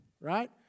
right